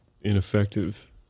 ineffective